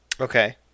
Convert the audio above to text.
Okay